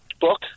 book